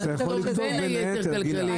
בין היתר כלכליים.